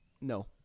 No